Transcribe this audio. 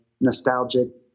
nostalgic